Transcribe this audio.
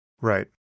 Right